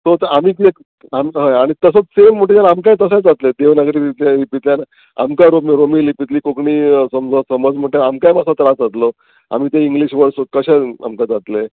so आमी ते हय आनी तसोच सेम मटेरीयल आमकांय तशेंच जातलें देवनागरी लिपींतल्यान आमकांय रोम रोमी लिपींतली कोंकणी समज समज म्हणटा आमकांय मातसो त्रास जातलो आमी ते इंग्लीश वर्डस कशें आमकां जातलें